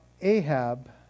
Ahab